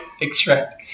extract